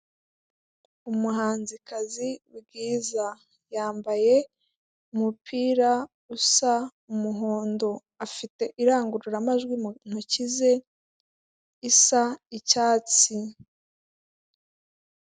Umuhanzikazi Bwiza, yambaye umupira usa umuhondo, afite irangururamajwi mu ntoki ze, isa icyatsi.